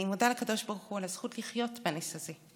אני מודה לקדוש ברוך הוא על הזכות לחיות בנס הזה,